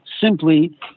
simply